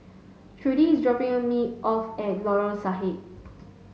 Trudie is dropping me off at Lorong Sahad